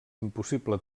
impossible